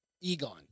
Egon